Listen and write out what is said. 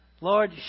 Lord